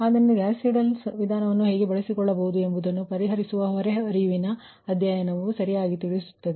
ಆದ್ದರಿಂದ Gauss Seidel ವಿಧಾನವನ್ನು load ಹರಿವಿನ ಅಧ್ಯಯನಕ್ಕಾಗಿ ಬಳಸಿಕೊಳ್ಳಬಹುದು